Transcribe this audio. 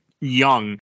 young